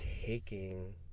taking